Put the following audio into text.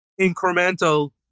incremental